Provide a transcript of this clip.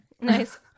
nice